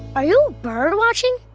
are you bird watching?